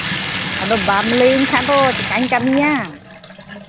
ᱟᱫᱚ ᱵᱟᱢ ᱞᱟᱹᱭᱟᱹᱧ ᱠᱷᱟᱱ ᱫᱚ ᱪᱤᱠᱟᱹᱧ ᱠᱟᱹᱢᱤᱭᱟ